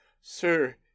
sir